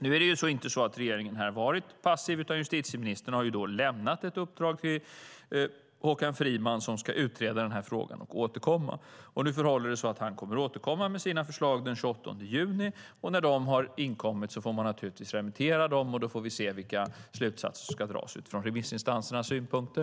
Nu är det inte så att regeringen har varit passiv, utan justitieministern har lämnat ett uppdrag till Håkan Friman som ska utreda den här frågan och återkomma. Nu förhåller det sig så att han kommer att återkomma med sina förslag den 28 juni, och när de har inkommit får man naturligtvis remittera dem. Då får vi se vilka slutsatser som ska dras utifrån remissinstansernas synpunkter.